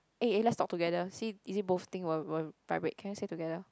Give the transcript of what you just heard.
eh let's talk together see is it both thing won't won't vibrate can we say together